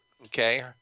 okay